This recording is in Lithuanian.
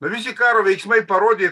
na visi karo veiksmai parodė